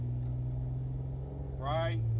right